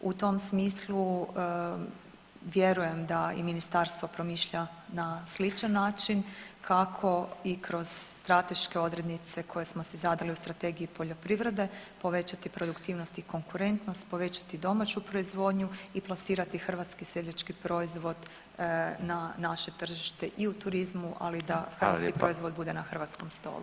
U tom smislu vjerujem da i ministarstvo promišlja na sličan način kako i kroz strateške odrednice koje smo si zadali u Strategiji poljoprivrede povećati produktivnost i konkurentnost, povećati domaću proizvodnju i plasirati hrvatski seljački proizvod na naše tržište i u turizmu, ali da hrvatski proizvod bude na hrvatskom stolu.